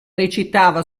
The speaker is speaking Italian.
recitava